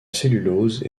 cellulose